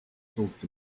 talked